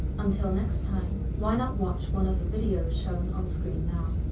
until next time, why not watch one of the videos shown on screen now?